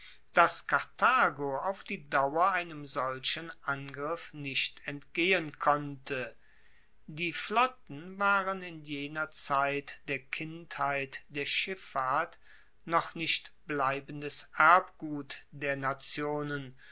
dass karthago auf die dauer einem solchen angriff nicht entgehen konnte die flotten waren in jener zeit der kindheit der schiffahrt noch nicht bleibendes erbgut der nationen